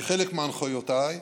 כחלק מהנחיותיי,